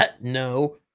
No